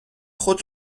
خود